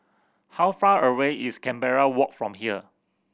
how far away is Canberra Walk from here